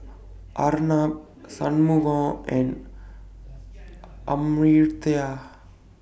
Arnab Shunmugam and Amartya